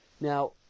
now